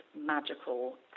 magical